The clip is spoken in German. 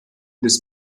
des